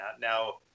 Now